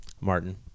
Martin